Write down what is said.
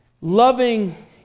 Loving